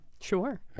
Sure